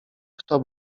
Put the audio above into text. kto